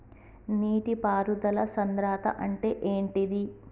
నీటి పారుదల సంద్రతా అంటే ఏంటిది?